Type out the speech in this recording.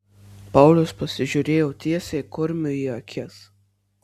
paulius pasižiūrėjo tiesiai kurmiui į akis